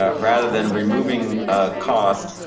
ah rather than removing costs,